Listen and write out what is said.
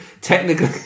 Technically